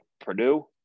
Purdue